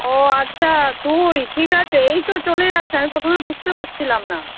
ও আচ্ছা তুই ঠিক আছে এই তো চলে যাচ্ছে আমি প্রথমে বুঝতে পারছিলাম না